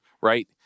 Right